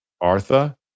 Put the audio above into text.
Artha